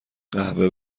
قهوه